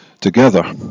together